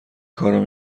کارو